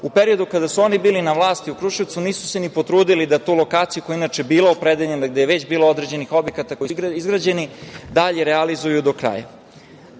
u periodu kada su oni bili na vlasti u Kruševcu, nisu se ni potrudili da tu lokaciju, koja je inače bila opredeljena, gde je već bilo određenih objekata koji su izgrađeni, dalje realizuju do